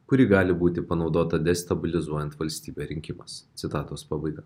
kuri gali būti panaudota destabilizuojant valstybę rinkimas citatos pabaiga